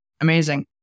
Amazing